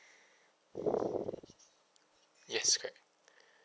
yes correct